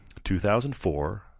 2004